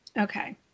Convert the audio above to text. Okay